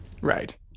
Right